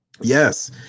Yes